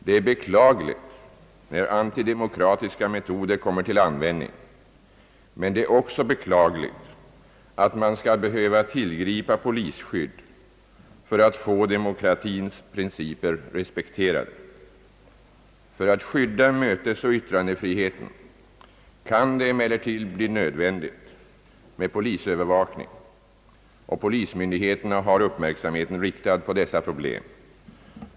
Det är beklagligt när antidemokratiska metoder kommer till användning, men det är också beklagligt att man skall behöva tillgripa polisskydd för att få demokratins principer respekterade. För att skydda mötesoch yttrandefriheten kan det emellertid bli nödvändigt med polisövervakning, och polismyndigheterna har uppmärksamheten riktad på dessa problem.